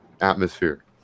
atmosphere